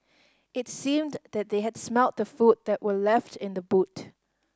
it seemed that they had smelt the food that were left in the boot